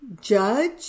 judge